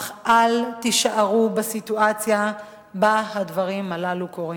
אך אל תישארו בסיטואציה שבה הדברים הללו קורים.